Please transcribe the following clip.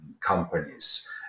companies